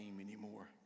anymore